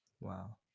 Wow